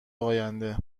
آینده